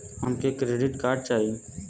हमके debit card चाही?